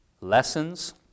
lessons